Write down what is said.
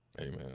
Amen